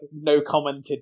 no-commented